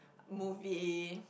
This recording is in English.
movie